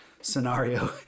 scenario